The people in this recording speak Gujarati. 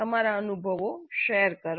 તમારો અનુભવ શેર કરો